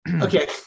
Okay